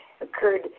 occurred